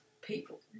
people